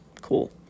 cool